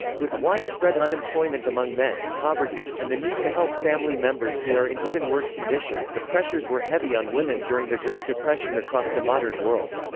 with widespread unemployment among men, poverty, and the need to help family members who are in even worse condition, the pressures were heavy on women during the great depression across the modern world.